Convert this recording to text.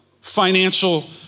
financial